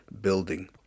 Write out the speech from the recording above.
building